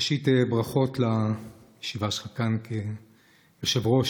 ראשית, ברכות לישיבה שלך כאן כיושב-ראש.